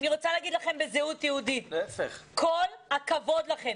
אני רוצה להגיד לזהות יהודית, כל הכבוד לכם.